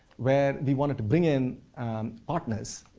where we wanted to bring in partners,